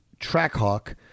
Trackhawk